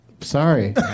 Sorry